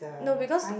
no because